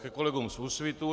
Ke kolegům z Úsvitu.